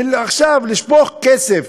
עכשיו לשפוך כסף,